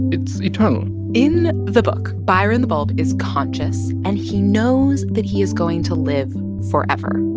it's eternal in the book, byron the bulb is conscious, and he knows that he is going to live forever.